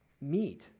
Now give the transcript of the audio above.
meet